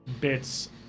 bits